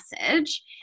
message